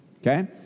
okay